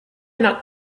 not